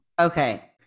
Okay